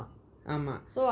ஆமா:ama